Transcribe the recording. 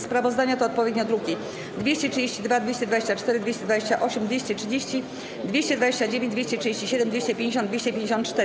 Sprawozdania to odpowiednio druki nr 232, 224, 228, 230, 229, 237, 250 i 254.